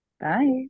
Bye